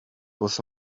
was